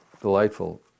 delightful